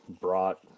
brought